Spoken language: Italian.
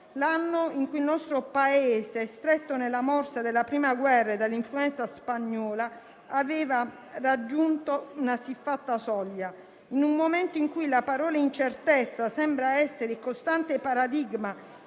nel 1918 il nostro Paese, stretto nella morsa della Prima guerra mondiale e dell'influenza spagnola, aveva raggiunto una siffatta soglia. In un momento in cui la parola "incertezza" sembra essere il costante paradigma